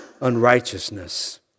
unrighteousness